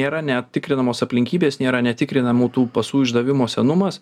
nėra net tikrinamos aplinkybės nėra netikrinamų tų pasų išdavimo senumas